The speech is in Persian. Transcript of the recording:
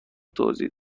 توضیح